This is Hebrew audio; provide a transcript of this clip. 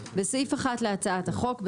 בסעיף 1 להצעת החוק,